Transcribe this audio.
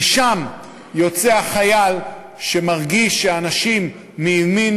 משם יוצא החייל ומרגיש שאנשים מימין